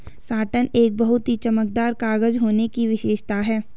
satin एक बहुत ही चमकदार कागज होने की विशेषता है